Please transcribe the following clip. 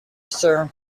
sir